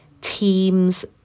teams